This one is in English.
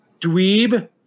dweeb